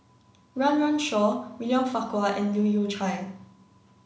Run Run Shaw William Farquhar and Leu Yew Chye